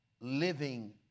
living